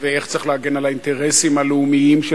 ואיך צריך להגן על האינטרסים הלאומיים של